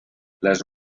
las